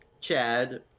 Chad